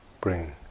bring